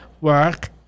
work